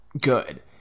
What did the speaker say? good